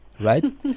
right